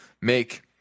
make